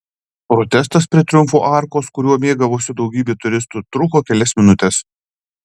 protestas prie triumfo arkos kuriuo mėgavosi daugybė turistų truko kelias minutes